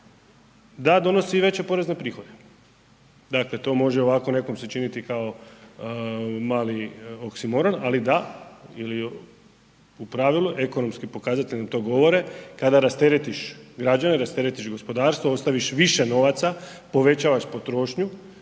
da donosi i veće porezne prihode. Dakle, to može ovako nekom se činiti kao mali oksimoron, ali da ili u pravilu ekonomski pokazatelji nam to govore, kada rasteretiš građane, rasteretih gospodarstvo, ostaviš više novaca, povećavaš potrošnju,